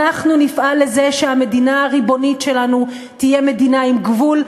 אנחנו נפעל לזה שהמדינה הריבונית שלנו תהיה מדינה עם גבול,